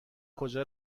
کجا